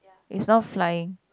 it's all flying